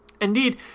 Indeed